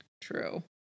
True